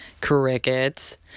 Crickets